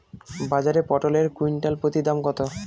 বাজারে পটল এর কুইন্টাল প্রতি দাম কত?